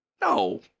no